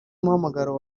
umuhamagaro